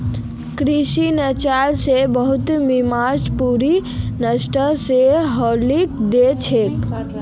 कृत्रिम चयन स बहुतला बीमारि पूरा नस्ल स हटई दी छेक